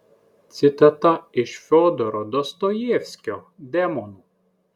citata iš fiodoro dostojevskio demonų